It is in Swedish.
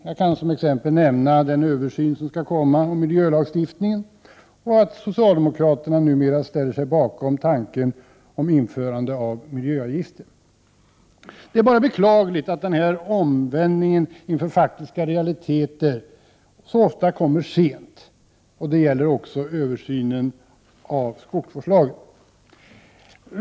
Jag kan som exempel nämna den översyn som skall komma om miljölagstiftningen. Socialdemokraterna ställer sig numera bakom tanken på införande av miljöavgifter. Det är bara beklagligt att omvändningen inför faktiska realiteter så ofta kommer sent. Det gäller också översynen av skogsvårdslagen.